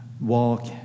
walk